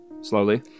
slowly